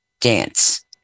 dance